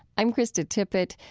i'm krista tippett.